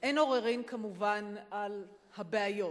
אין עוררין כמובן על הבעיות.